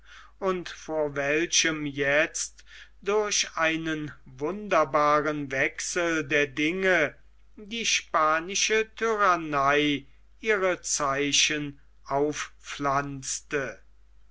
und vor welchem jetzt durch einen wunderbaren wechsel der dinge die spanische tyrannei ihre zeichen aufpflanzte